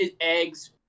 eggs